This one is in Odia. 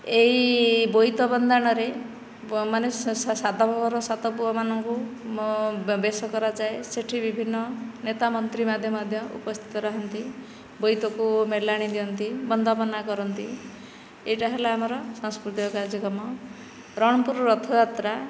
ଏହି ବୋଇତ ବନ୍ଦାଣରେ ସାଧବ ଘରର ସାତ ପୁଅମାନଙ୍କୁ ବେଶ କରାଯାଏ ସେଠି ବିଭିନ୍ନ ନେତା ମନ୍ତ୍ରୀମାନେ ମଧ୍ୟ ଉପସ୍ଥିତ ରହନ୍ତି ବୋଇତକୁ ମେଲାଣି ନିଅନ୍ତି ବନ୍ଦାପନା କରନ୍ତି ଏଇଟା ହେଲା ଆମର ସାଂସ୍କୃତିକ କାର୍ଯ୍ୟକ୍ରମ ରଣପୁର ରଥଯାତ୍ରା